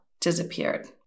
disappeared